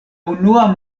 unua